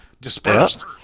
dispersed